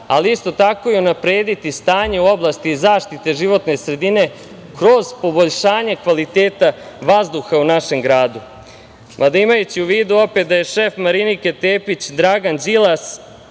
ali isto tako i unaprediti stanje u oblasti zaštite životne sredine kroz poboljšanje kvaliteta vazduha u našem gradu. Mada imajući u vidu da je opet šef Marinike Tepić, Dragan Đilas,